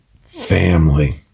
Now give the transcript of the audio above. family